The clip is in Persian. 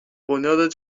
بنیاد